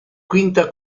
quinta